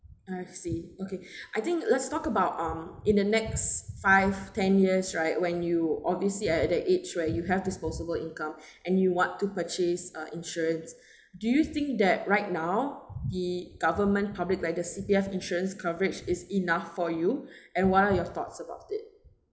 I see okay I think let's talk about um in the next five ten years right when you obviously at the age where you have disposable income and you want to purchase uh insurance do you think that right now the government public like the C_P_F insurance coverage is enough for you and what are your thoughts about it